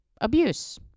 Abuse